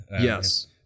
Yes